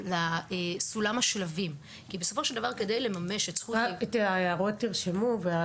בכרבע מהמקרים היא נשלחה אחרי שהעצור נחקר